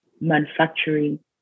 manufacturing